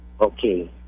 Okay